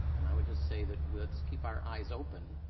and i would just say that, well, let's keep our eyes open